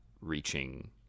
reaching